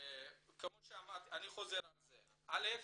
אני חוזר על כך: "א.